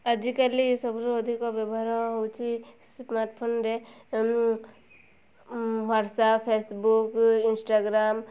ଆଜିକାଲି ଏସବୁର ଅଧିକ ବ୍ୟବହାର ହେଉଛି ସ୍ମାର୍ଟଫୋନ୍ରେ ହ୍ଵାଟସଆପ୍ ଫେସ୍ବୁକ୍ ଇନ୍ଷ୍ଟାଗ୍ରାମ୍